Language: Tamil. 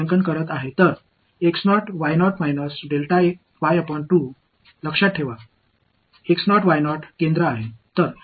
எனவே அது ஆக இருக்கப்போகிறது நான் மதிப்பீடு செய்யும் இந்த செயல்பாட்டிற்கு நான் எந்த கோஆர்டினட்ஸ் கைவிட வேண்டும்